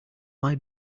why